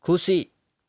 खुसी